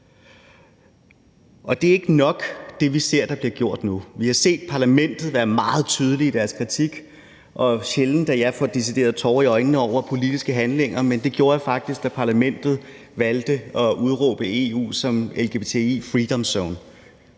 ret til at være. Det, vi ser der bliver gjort nu, er ikke nok. Vi har set Parlamentet være meget tydelige i deres kritik. Det er sjældent, at jeg decideret får tårer i øjnene over politiske handlinger, men det gjorde jeg faktisk, da Parlamentet valgte at udråbe EU som lgbti-freedomzone.